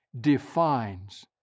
defines